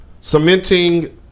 Cementing